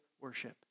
worship